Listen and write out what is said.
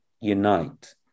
unite